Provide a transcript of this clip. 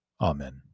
Amen